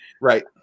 Right